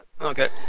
Okay